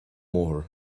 mbóthar